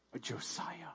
Josiah